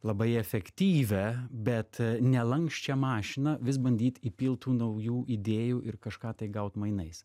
labai efektyvią bet nelanksčią mašiną vis bandyt įpilt tų naujų idėjų ir kažką tai gaut mainais